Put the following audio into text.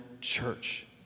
Church